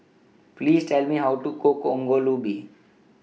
Please Tell Me How to Cook Ongol Ubi